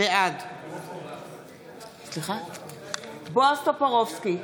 בעד בועז טופורובסקי,